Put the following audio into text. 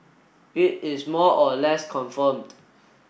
it is more or less confirmed